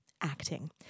acting